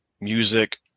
music